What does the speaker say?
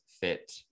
fit